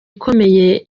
ikomeye